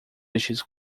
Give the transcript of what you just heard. vestidos